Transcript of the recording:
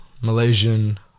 Malaysian